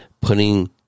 putting